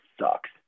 sucks